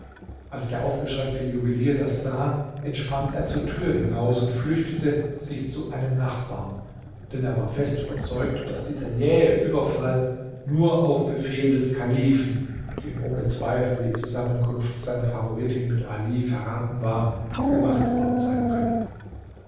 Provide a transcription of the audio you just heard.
als der aufgeschreckte juwelier das sah entsprang er zur tür hinaus und flüchtete sich zu einem nachbarn denn er war fest überzeugt daß dieser jähe überfall nur auf befehl des kalifen dem ohne zweifel die zusammenkunft seiner favoritin mit ali verraten war gemacht worden sein könne